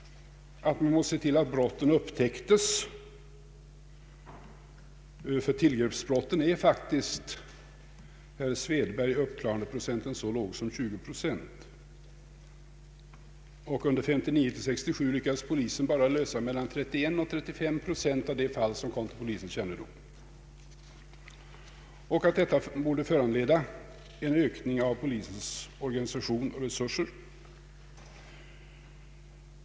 Man måste se till att brotten upptäcktes. För tillgreppsbrotten är faktiskt, herr Svedberg, uppklaringsprocenten så låg som 20 procent. Under tiden 1959—1967 lyckades polisen bara lösa mellan 31 och 35 procent av de fall som kom till polisens kännedom. Detta borde föranleda en ökning av polisens organisation och resurser.